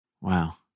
Wow